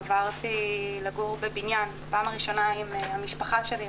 עברתי לגור בבניין בפעם הראשונה עם המשפחה שלי,